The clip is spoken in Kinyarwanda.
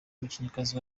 umukinnyikazi